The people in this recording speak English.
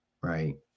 right